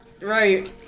right